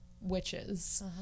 witches